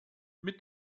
mit